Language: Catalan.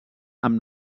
amb